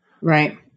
Right